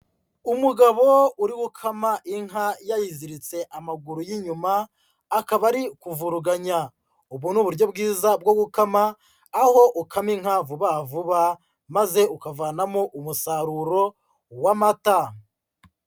Umugabo uri gukama inka yayiziritse amaguru y'inyuma, akaba ari kuvuruganya, ubu ni uburyo bwiza bwo gukama aho ukama inka vuba vuba maze ukavanamo umusaruro w'amata.